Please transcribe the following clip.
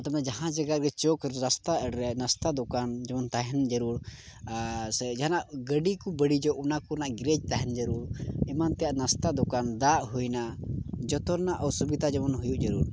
ᱡᱟᱦᱟᱸ ᱡᱟᱭᱜᱟ ᱜᱮ ᱪᱚᱯ ᱱᱟᱥᱛᱟ ᱱᱟᱥᱛᱟ ᱫᱳᱠᱟᱱ ᱡᱮᱢᱚᱱ ᱛᱟᱦᱮᱱ ᱡᱟᱹᱨᱩᱲ ᱟᱨ ᱥᱮ ᱡᱟᱦᱟᱱᱟᱜ ᱜᱟᱹᱰᱤ ᱠᱚ ᱵᱟᱹᱲᱤᱡᱚᱜ ᱚᱱᱟ ᱠᱚᱨᱮᱱᱟᱜ ᱜᱮᱨᱮᱡᱽ ᱠᱚ ᱛᱟᱦᱮᱱ ᱡᱟᱹᱨᱩᱲ ᱮᱢᱟᱱ ᱛᱮᱭᱟᱜ ᱱᱟᱥᱛᱟ ᱫᱳᱠᱟᱱ ᱫᱟᱜ ᱦᱩᱭᱱᱟ ᱡᱚᱛᱚ ᱨᱮᱱᱟᱜ ᱚᱥᱩᱵᱤᱫᱷᱟ ᱡᱮᱢᱚᱱ ᱦᱩᱭᱩᱜ ᱡᱟᱹᱨᱩᱲ